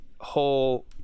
whole